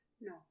No